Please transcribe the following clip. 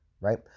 right